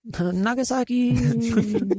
Nagasaki